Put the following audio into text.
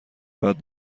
بعد